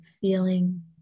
feeling